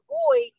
boy